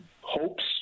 hopes